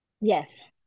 Yes